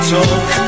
talk